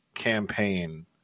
campaign